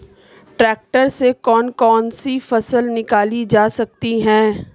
Tractor से कौन कौनसी फसल निकाली जा सकती हैं?